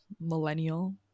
millennial